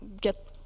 get